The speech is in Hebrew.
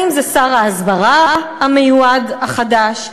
האם זה שר ההסברה המיועד החדש?